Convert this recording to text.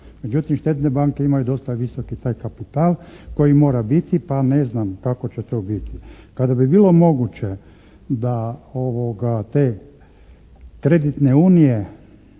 Međutim, štedne banke imaju dosta visoki taj kapital koji mora biti pa ne znam kako će to biti. Kada bi bilo moguće da te kreditne unije